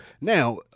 now